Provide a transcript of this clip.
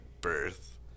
birth